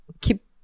keep